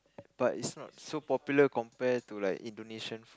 but it's not so popular compare to like Indonesian